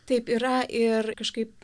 taip yra ir kažkaip